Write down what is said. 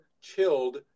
chilled